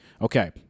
okay